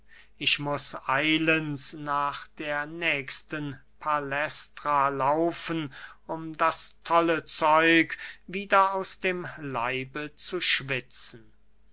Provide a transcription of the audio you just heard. ich muß eilends nach der nächsten palästra laufen um das tolle zeug wieder aus dem leibe zu schwitzen